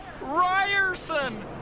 Ryerson